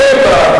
צבע,